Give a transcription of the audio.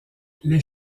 les